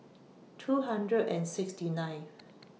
two hundred and sixty nine